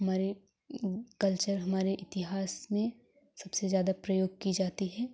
हमारे कल्चर हमारे इतिहास में सबसे ज्यादा प्रयोग की जाती है